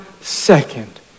second